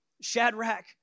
Shadrach